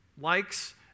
Likes